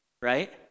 Right